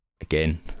Again